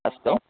अस्तु